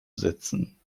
setzen